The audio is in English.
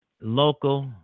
local